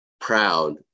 proud